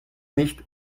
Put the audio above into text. nicht